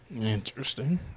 Interesting